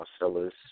Marcellus